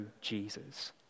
Jesus